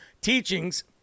teachings